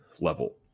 level